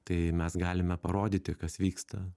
tai mes galime parodyti kas vyksta